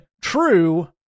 True